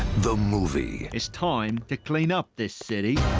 the movie. it's time to clean up this city.